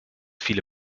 viele